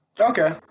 Okay